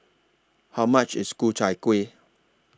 How much IS Ku Chai Kuih